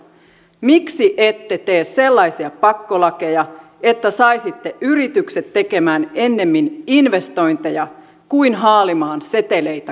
miksi ette tee sellaisia pakkolakeja että saisitte yritykset tekemään ennemmin investointeja kuin haalimaan seteleitä kassaansa